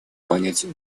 понять